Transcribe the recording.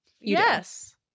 Yes